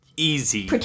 easy